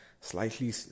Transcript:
slightly